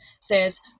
says